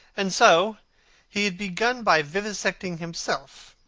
and so he had begun by vivisecting himself,